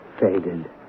faded